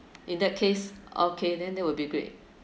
in that case okay then that would be great